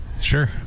Sure